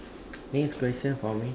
next question for me